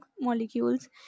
molecules